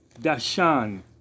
dashan